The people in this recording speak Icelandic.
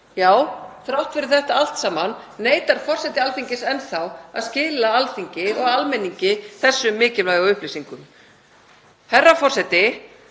Þrátt fyrir þetta allt saman neitar forseti Alþingis enn þá að skila Alþingi og almenningi þessum mikilvægu upplýsingum. Herra forseti.